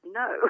no